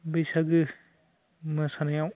बैसागु मोसानायाव